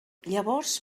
llavors